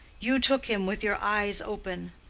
you took him with your eyes open.